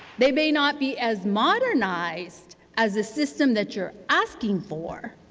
they may not be as modernized as the system that you're asking for,